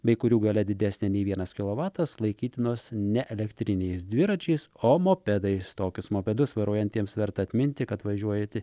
bei kurių galia didesnė nei vienas kilovatas laikytinos ne elektriniais dviračiais o mopedais tokius mopedus vairuojantiems verta atminti kad važiuojate